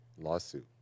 Lawsuit